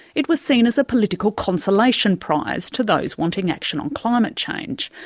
it was seen as a political consolation prize to those wanting action on climate change,